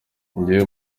njyewe